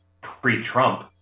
pre-Trump